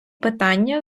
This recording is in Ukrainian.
питання